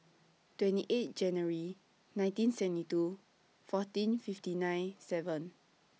twenty eight January nineteen seventy two fourteen fifty nine seven